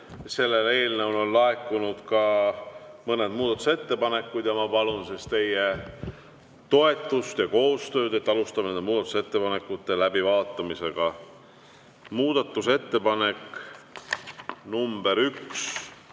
Selle eelnõu kohta on laekunud ka mõned muudatusettepanekud. Ma palun teie toetust ja koostööd, et alustada muudatusettepanekute läbivaatamist. Muudatusettepanek nr 1.